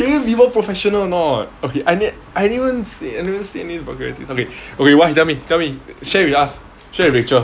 can you be more professional or not okay I even I even say vulgarities okay okay what tell me tell me share with us share with rachel